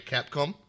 Capcom